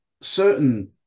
certain